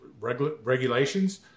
regulations